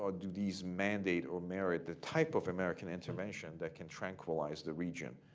ah do these mandate or merit the type of american intervention that can tranquilize the region,